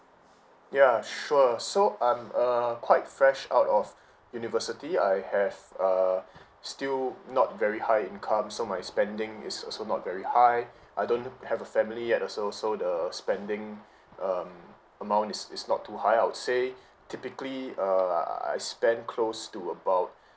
ya sure so I'm uh quite fresh out of university I have uh still not very high income so my spending is also not very high I don't have a family yet also so the spending um amount is is not too high I would say typically err I spent close to about